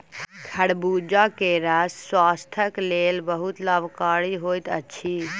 खरबूजा के रस स्वास्थक लेल बहुत लाभकारी होइत अछि